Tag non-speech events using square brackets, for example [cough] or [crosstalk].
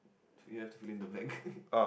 you have to fill in the blank [laughs]